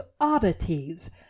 oddities